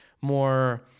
more